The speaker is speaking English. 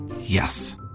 Yes